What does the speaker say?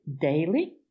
daily